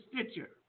Stitcher